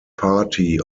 party